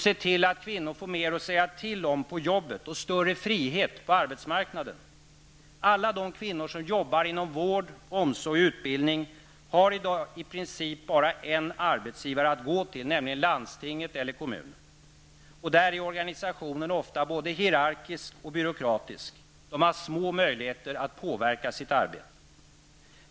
* Se till att kvinnor får mer att säga till om på jobbet och större frihet på arbetsmarknaden. Alla de kvinnor som jobbar inom vård, omsorg och utbildning har i dag i princip bara en arbetsgivare att gå till, nämligen landstinget eller kommunen. Och där är organisationen ofta både hierarkisk och byråkratisk. De har små möjligheter att påverka sitt arbete.